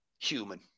Human